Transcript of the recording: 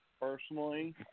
personally